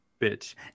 Bitch